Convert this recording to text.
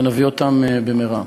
ונביא אותם במהרה.